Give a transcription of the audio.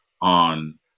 on –